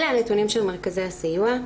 אלה הנתונים של מרכזי הסיוע.